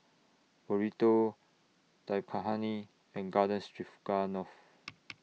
Burrito Dal Makhani and Garden Stroganoff